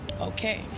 Okay